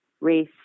race